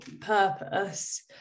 purpose